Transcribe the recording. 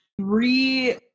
three